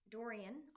Dorian